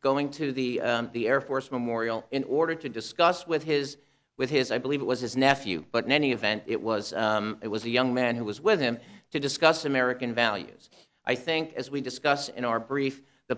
going to the air force memorial in order to discuss with his with his i believe it was his nephew but in any event it was it was a young man who was with him to discuss american values i think as we discuss in our brief the